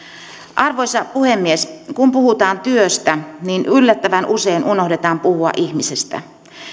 arvoisa puhemies kun puhutaan työstä niin yllättävän usein unohdetaan puhua ihmisestä